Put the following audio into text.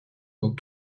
dans